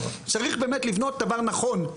צריך לבנות דבר נכון,